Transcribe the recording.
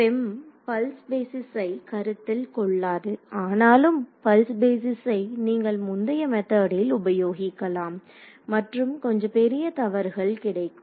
FEM pulse பேஸிஸை கருத்தில் கொள்ளாது ஆனாலும் பல்ஸ் பேஸிஸை நீங்கள் முந்தைய மெத்தெடில் உபயோகிக்கலாம் மற்றும் கொஞ்சம் பெரிய தவறுகள் கிடைக்கும்